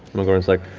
umagorn is like,